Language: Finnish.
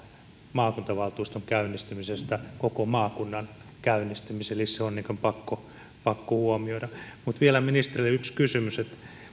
maakuntavaltuuston käynnistymisestä koko maakunnan käynnistymiseen se on pakko pakko huomioida mutta vielä ministerille yksi kysymys